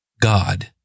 God